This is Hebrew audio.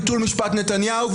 ביטול משפט נתניהו.